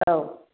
औ